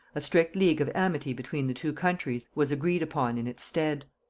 a strict league of amity between the two countries was agreed upon in its stead.